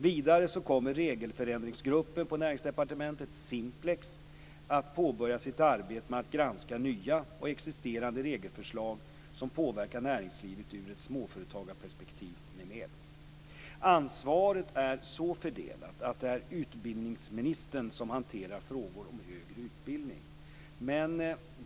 Vidare kommer regelförenklingsgruppen på Näringsdepartementet - Simplex - att påbörja sitt arbete med att granska nya och existerande regelförslag som påverkar näringslivet ur ett småföretagarperspektiv m.m. Ansvaret är så fördelat att det är utbildningsministern som hanterar frågor om högre utbildning.